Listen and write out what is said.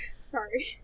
Sorry